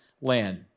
land